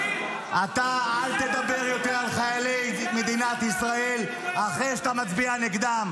אתה אל תדבר יותר על חיילי מדינת ישראל אחרי שאתה מצביע נגדם.